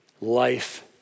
life